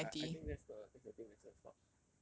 ya I I think that's the that's the thing that will stop